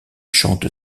chante